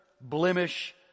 blemish